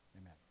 Amen